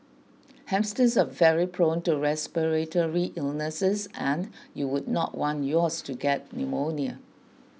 hamsters are very prone to respiratory illnesses and you would not want yours to get pneumonia